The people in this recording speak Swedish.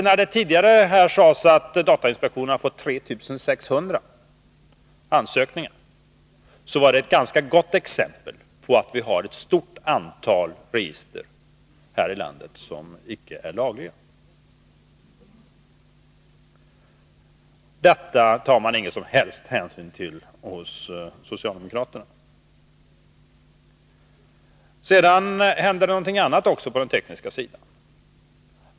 När det tidigare sades att datainspektionen fått 3 600 ansökningar, så var det ett ganska gott exempel på att vi har ett stort antal av register här i landet som icke är lagliga. Detta tar man ingen som helst hänsyn till hos socialdemokraterna. Sedan händer det någonting annat också på den tekniska sidan.